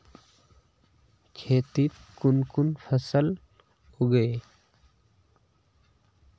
खेतीत कुन कुन फसल उगेई?